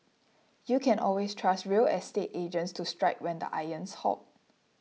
you can always trust real estate agents to strike when the iron's hot